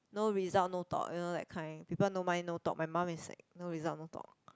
no result no talk you know that kind people no money no talk my mum is like no result no talk